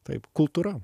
taip kultūra